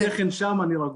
אם שתיכן שם, אני רגוע.